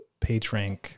PageRank